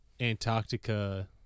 Antarctica